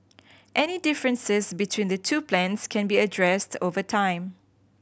any differences between the two plans can be addressed over time